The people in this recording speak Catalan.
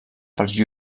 pels